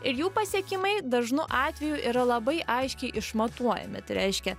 ir jų pasiekimai dažnu atveju yra labai aiškiai išmatuojami tai reiškia